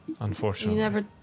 Unfortunately